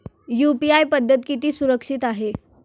UPI पद्धत किती सुरक्षित आहे?